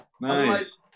Nice